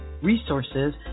resources